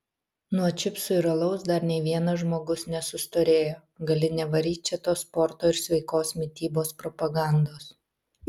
nuo čipsų ir alaus dar nei vienas žmogus nesustorėjo gali nevaryt čia tos sporto ir sveikos mitybos propagandos